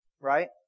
Right